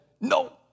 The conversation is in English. no